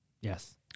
Yes